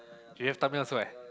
you have Tamiya also eh